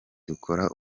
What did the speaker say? dukora